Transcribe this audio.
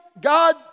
God